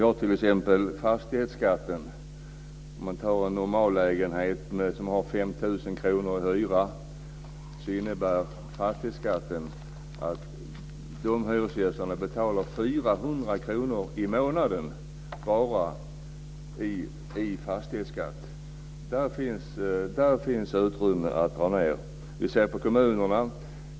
Låt oss se på fastighetsskatten. För en normallägenhet med 5 000 kr i hyra innebär fastighetsskatten att de hyresgästerna betalar 400 kr i månaden i fastighetsskatt. Där finns utrymme för att dra ned.